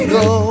go